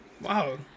Wow